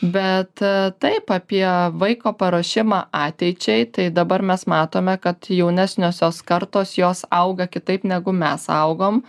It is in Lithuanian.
bet taip apie vaiko paruošimą ateičiai tai dabar mes matome kad jaunesniosios kartos jos auga kitaip negu mes augom